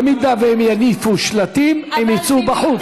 במידה שהן יניפו שלטים, הן יצאו בחוץ.